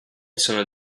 sono